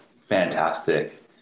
fantastic